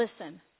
Listen